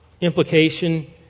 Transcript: implication